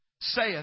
saith